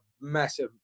massive